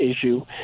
issue